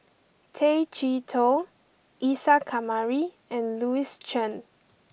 Tay Chee Toh Isa Kamari and Louis Chen